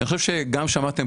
אני חושב שכולכם שמעתם